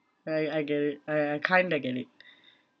ya ya I get it I I kinda get it